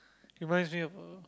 reminds me of a